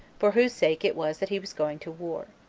for whose sake it was that he was going to war.